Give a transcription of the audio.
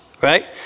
right